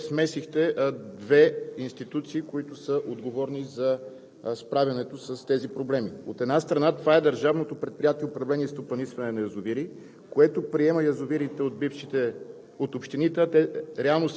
трябва ясно да кажем какво е написано в него, защото в момента смесихте две институции, които са отговорни за справянето с тези проблеми. От една страна, това е държавното предприятие „Управление и стопанисване на язовири“,